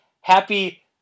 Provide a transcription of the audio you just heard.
Happy